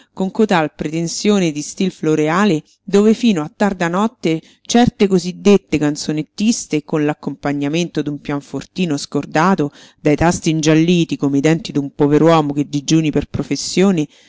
con cotal pretensione di stil floreale dove fino a tarda notte certe cosí dette canzonettiste con l'accompagnamento d'un pianofortino scordato dai tasti ingialliti come i denti d'un pover'uomo che digiuni per professione